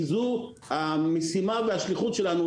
זו המשימה והשליחות שלנו,